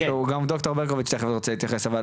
גם ד"ר ברקוביץ תיכף רוצה להתייחס, אבל